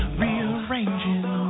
rearranging